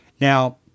Now